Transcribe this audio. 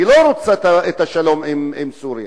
היא לא רוצה את השלום עם סוריה.